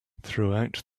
throughout